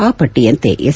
ಆ ಪಟ್ಟಿಯಂತೆ ಎಸ್